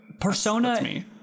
Persona